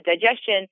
digestion